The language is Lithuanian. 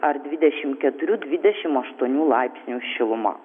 ar dvidešim keturių dvidešim aštuonių laipsnių šiluma